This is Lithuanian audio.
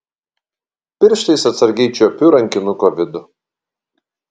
pirštais atsargiai čiuopiu rankinuko vidų